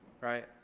Right